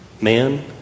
man